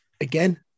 again